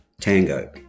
Tango